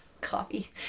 coffee